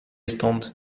stąd